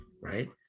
right